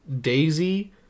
Daisy